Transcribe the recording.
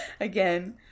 again